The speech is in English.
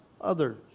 others